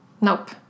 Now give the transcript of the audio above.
nope